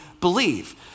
believe